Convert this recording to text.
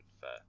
fair